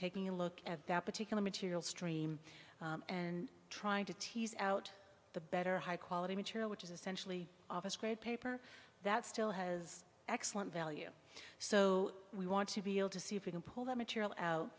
taking a look at that particular material stream and trying to tease out the better high quality material which is essentially office grade paper that still has excellent value so we want to be able to see if you can pull that material out